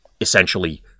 essentially